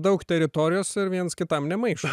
daug teritorijos ir viens kitam nemaišo